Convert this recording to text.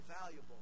valuable